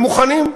הוא מוכן.